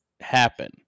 happen